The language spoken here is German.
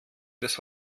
des